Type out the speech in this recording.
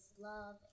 Love